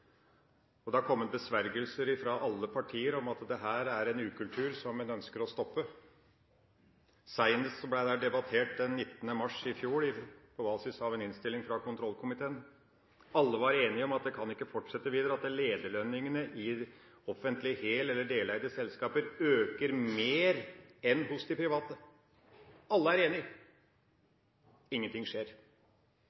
og kommentere enkeltlønninger i enkeltselskaper. Per Olaf Lundteigen – til oppfølgingsspørsmål. Dette er en gjenganger i denne salen. Det har kommet besvergelser fra alle partier om at dette er en ukultur som en ønsker å stoppe. Senest ble dette debattert den 19. mars i fjor på basis av en innstilling fra kontrollkomiteen. Alle var enige om at det at lederlønningene i offentlig hel- eller deleide selskaper øker mer enn hos de private,